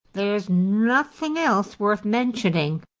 there's nothing else worth mentioning.